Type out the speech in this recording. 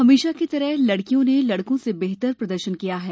हमेशा की तरह लड़कियों ने लड़कों से बेहतर प्रदर्शन किया है